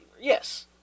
yes